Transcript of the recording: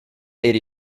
eighty